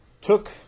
took